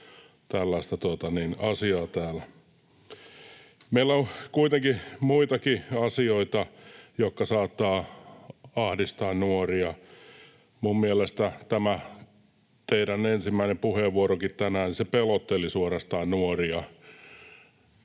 Meillä on kuitenkin muitakin asioita, jotka saattavat ahdistaa nuoria. Minun mielestäni tämä teidän ensimmäinen puheenvuoronnekin tänään suorastaan pelotteli nuoria.